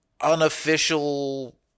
unofficial